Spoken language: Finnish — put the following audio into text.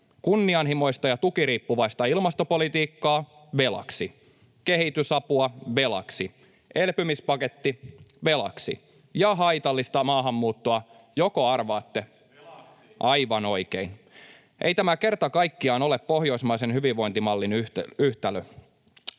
Kunnianhimoista ja tukiriippuvaista ilmastopolitiikkaa — velaksi. Kehitysapua — velaksi. Elpymispaketti — velaksi. Ja haitallista maahanmuuttoa — joko arvaatte? [Sebastian Tynkkynen: Velaksi!] — Aivan oikein. — Ei tämä kerta kaikkiaan ole pohjoismaisen hyvinvointimallin yhtälö.